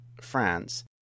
france